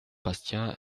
bastien